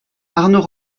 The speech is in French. arnaud